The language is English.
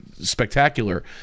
spectacular